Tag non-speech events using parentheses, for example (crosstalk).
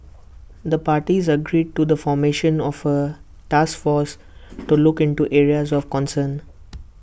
the parties agreed to the formation of A task force to (noise) look into areas of concern